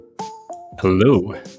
Hello